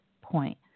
point